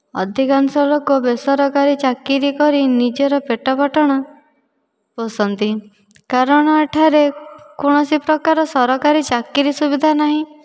ଅଧିକାଂଶ ଲୋକ ବେସରକାରୀ ଚାକିରୀ କରି ନିଜର ପେଟ ପାଟଣା ପୋଷନ୍ତି କାରଣ ଏଠାରେ କୌଣସି ପ୍ରକାର ସରକାରୀ ଚାକିରୀ ସୁବିଧା ନାହିଁ